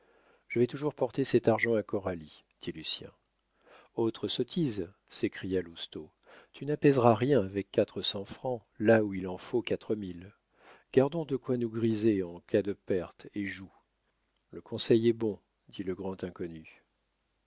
je vais toujours porter cet argent à coralie dit lucien autre sottise s'écria lousteau tu n'apaiseras rien avec quatre cents francs là où il en faut quatre mille gardons de quoi nous griser en cas de perte et joue le conseil est bon dit le grand inconnu